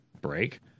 Break